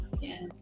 Yes